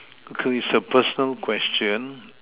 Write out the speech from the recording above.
okay it is a personal question